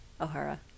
O'Hara